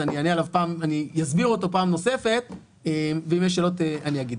אז אני אסביר אותו פעם נוספת ואם יש שאלות אני אענה.